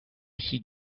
heed